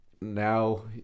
now